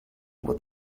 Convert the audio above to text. what